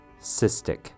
cystic